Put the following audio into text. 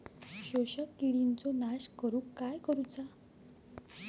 शोषक किडींचो नाश करूक काय करुचा?